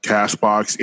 Cashbox